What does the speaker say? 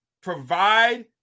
Provide